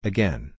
Again